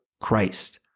Christ